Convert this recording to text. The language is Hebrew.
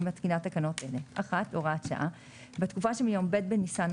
אני מתקינה תקנות אלה: נבקש כאן